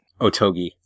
Otogi